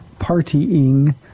partying